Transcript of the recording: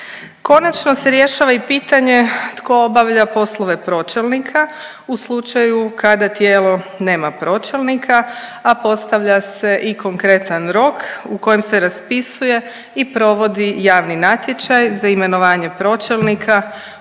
Konačno se rješava i pitanje tko obavlja poslove pročelnika u slučaju kada tijelo nema pročelnika, a postavlja se i konkretan rok u kojem se raspisuje i provodi javni natječaj za imenovanje pročelnika upravnih